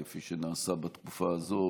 כפי שנעשה בתקופה הזאת,